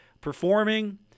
performing